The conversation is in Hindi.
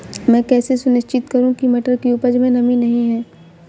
मैं कैसे सुनिश्चित करूँ की मटर की उपज में नमी नहीं है?